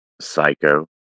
Psycho